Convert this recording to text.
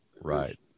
Right